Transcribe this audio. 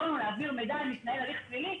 לנו להעביר מידע אם מתנהל הליך פלילי.